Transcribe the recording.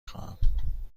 خواهم